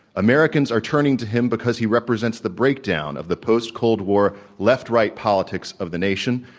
americans are turning to him because he represents the breakdown of the post-cold war left right politics of the nation,